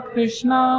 Krishna